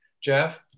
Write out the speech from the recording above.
Jeff